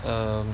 um